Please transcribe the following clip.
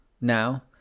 now